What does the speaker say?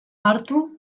hartu